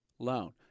Loan